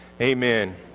Amen